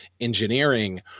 engineering